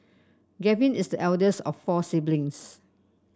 Gavin is the eldest of four siblings